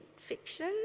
fiction